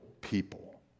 people